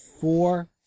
four